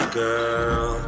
girl